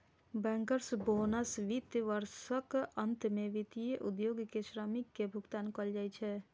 bankers bonus वित्त वर्षक अंत मे वित्तीय उद्योग के श्रमिक कें भुगतान कैल जाइ छै